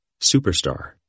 superstar